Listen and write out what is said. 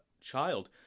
child